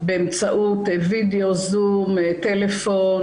באמצעות וידאו, זום, טלפון.